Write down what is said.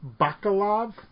Bakalov